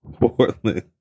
Portland